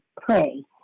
Pray